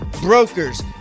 brokers